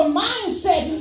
mindset